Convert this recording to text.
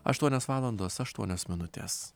aštuonios valandos aštuonios minutės